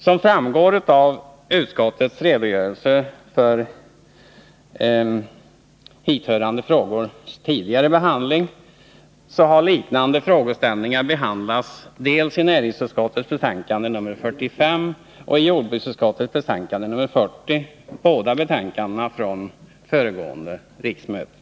Som framgår av utskottets redogörelse för hithörande frågors tidigare behandling, så har liknande frågeställningar behandlats i näringsutskottets betänkande nr 45 och jordbruksutskottets betänkande nr 40 från föregående riksmöte.